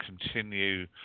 continue